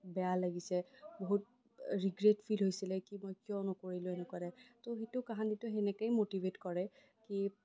বহুত বেয়া লাগিছে বহুত ৰিগ্ৰেট ফিল হৈছিলে কি মই কিয় নকৰিলো এনেকুৱা এটা ত' সেইটো কাহিনীটো সেনেকেই মটিভেট কৰে কি